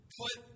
put